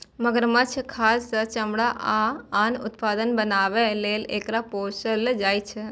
मगरमच्छक खाल सं चमड़ा आ आन उत्पाद बनाबै लेल एकरा पोसल जाइ छै